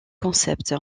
concept